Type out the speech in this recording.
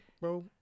bro